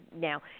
now